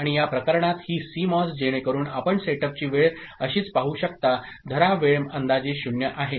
आणि या प्रकरणात ही CMOS जेणेकरून आपण सेटअपची वेळ अशीच पाहू शकता धरा वेळ अंदाजे 0 आहे